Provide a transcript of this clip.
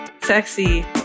Sexy